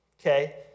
okay